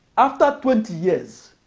after twenty years,